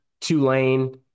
Tulane